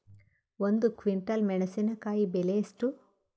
ಒಂದು ಕ್ವಿಂಟಾಲ್ ಮೆಣಸಿನಕಾಯಿ ಬೆಲೆ ಎಷ್ಟು?